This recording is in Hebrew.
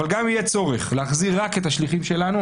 אבל גם אם יהיה צורך להחזיר רק את השליחים שלנו,